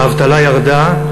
האבטלה ירדה,